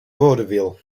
vaudeville